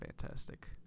fantastic